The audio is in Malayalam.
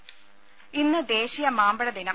ദേദ ഇന്ന് ദേശീയ മാമ്പഴ ദിനം